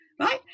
Right